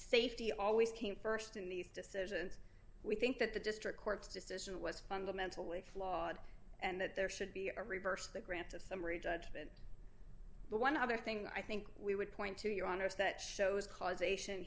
safety always came st in these decisions we think that the district court's decision was fundamentally flawed and that there should be a reverse the grant of summary judgment but one other thing i think we would point to your honor's that shows causation